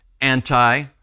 Anti